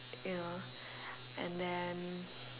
you know and then